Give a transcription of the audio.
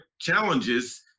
challenges